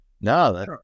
No